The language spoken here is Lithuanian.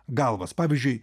galvas pavyzdžiui